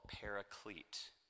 paraclete